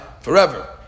forever